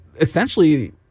essentially